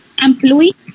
employee